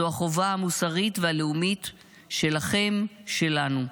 זו החובה המוסרית והלאומית שלכם, שלנו.